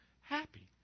happy